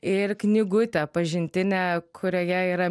ir knygutę pažintinę kurioje yra